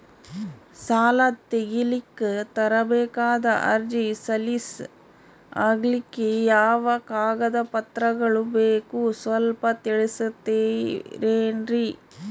ಸಾಲ ತೆಗಿಲಿಕ್ಕ ತರಬೇಕಾದ ಅರ್ಜಿ ಸಲೀಸ್ ಆಗ್ಲಿಕ್ಕಿ ಯಾವ ಕಾಗದ ಪತ್ರಗಳು ಬೇಕು ಸ್ವಲ್ಪ ತಿಳಿಸತಿರೆನ್ರಿ?